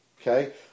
okay